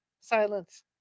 Silence